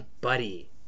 buddy